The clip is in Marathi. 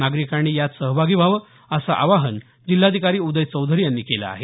नागरिकांनी यात सहभागी व्हावं असं आवाहन जिल्हाधिकारी उदय चौधरी यांनी केलं आहे